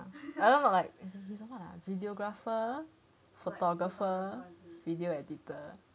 ah I like don't know like what ah videographer photographer video editor